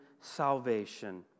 salvation